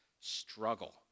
struggle